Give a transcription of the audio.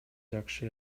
жакшы